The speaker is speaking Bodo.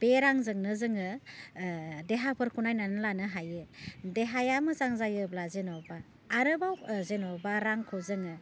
बे रांजोंनो जोङो देहाफोरखौ नायनानै लानो हायो देहाया मोजां जायोब्ला जेनेबा आरोबाव जेनेबा रांखौ जोङो